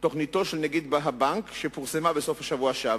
תוכניתו של נגיד הבנק שפורסמה בסוף השבוע שעבר.